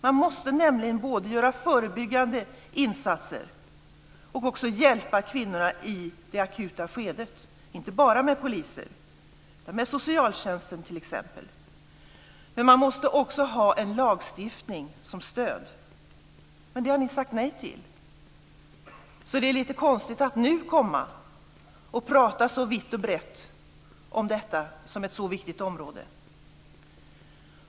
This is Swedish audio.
Man måste nämligen både göra förebyggande insatser och hjälpa kvinnorna i det akuta skedet - inte bara med poliser, utan med socialtjänsten t.ex. Man måste också ha en lagstiftning som stöd. Men det har ni sagt nej till, så det är lite konstigt att nu komma och prata vitt och brett om detta, som är ett så viktigt område.